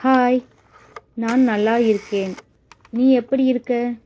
hi நான் நல்லா இருக்கேன் நீ எப்படி இருக்க